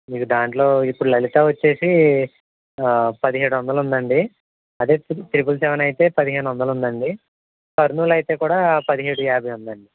మీకు దాంట్లో ఇప్పుడు లలిత వచ్చి పదిహేడు వందలు ఉందండి అదే ట్రిపుల్ సెవెన్ అయితే పదిహేను వందలు ఉంది అండి కర్నూలు అయితే కూడా పదిహేడు యాభై ఉంది